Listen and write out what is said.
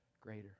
greater